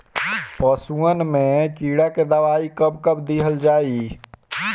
पशुअन मैं कीड़ा के दवाई कब कब दिहल जाई?